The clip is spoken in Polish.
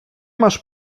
masz